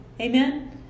Amen